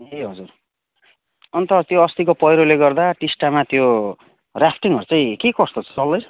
ए हजुर अन्त त्यो अस्तिको पैह्रोले गर्दा टिस्टामा त्यो राफ्टिङहरू चै के कस्तो छ चल्दैछ